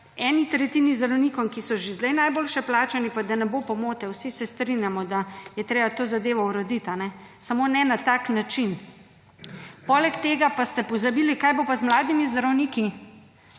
eni tretjini zdravnikov, ki so že zdaj najboljše plačani. Pa da ne bo pomote, vsi se strinjamo, da je treba to zadevo urediti, samo ne na tak način. Poleg tega pa ste pozabili, kaj bo pa z mladimi zdravniki.